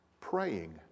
praying